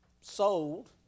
sold